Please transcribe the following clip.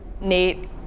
Nate